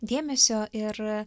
dėmesio ir